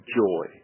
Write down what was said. joy